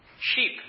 Sheep